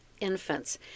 infants